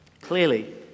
Clearly